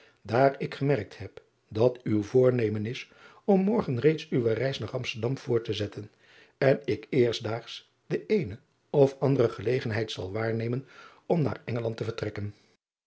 daar ik gemerkt heb dat uw voor driaan oosjes zn et leven van aurits ijnslager nemen is om morgen reeds uwe reis naar msterdam voort te zetten en ik eerstdaags de eene of andere gelegenheid zal waarnemen om naar ngeland te vertrekken